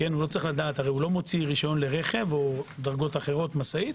הוא לא מוציא רשיון לרכב או דרגות אחרות, משאית.